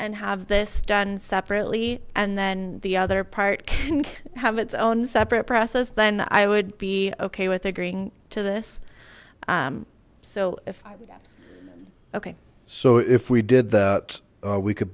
and have this done separately and then the other part have its own separate process then i would be okay with agreeing to this so if okay so if we did that we could